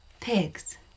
Pigs